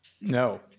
no